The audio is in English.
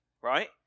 right